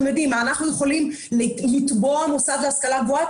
אנחנו יכולים לתבוע מוסד להשכלה גבוהה?